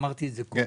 אמרתי את זה קודם.